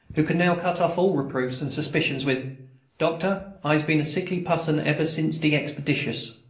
who could now cut off all reproofs and suspicions with doctor, i's been a sickly pusson eber since de expeditious.